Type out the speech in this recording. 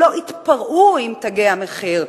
שלא יתפרעו עם תגי המחיר.